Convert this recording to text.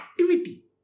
activity